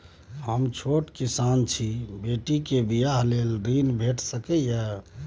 हम छोट किसान छी, बेटी के बियाह लेल ऋण भेट सकै ये?